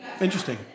Interesting